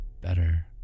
better